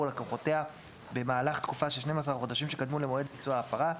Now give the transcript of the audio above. לקוחותיה במהלך התקופה של 12 החודשים שקדמו למועד ביצוע ההפרה,